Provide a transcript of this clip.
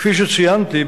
כפי שציינתי,